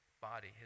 body